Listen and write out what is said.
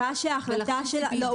הוא קבע שההחלטה של --- לא,